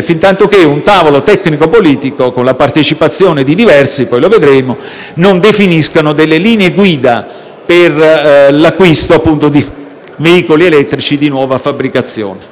fintanto che un tavolo tecnico-politico, con la partecipazione di diversi soggetti, che poi vedremo, non definisca linee guida per l'acquisto di veicoli elettrici di nuova fabbricazione.